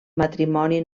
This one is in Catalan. matrimoni